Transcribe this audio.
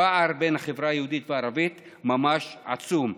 הפער בין החברה היהודית לערבית ממש עצום.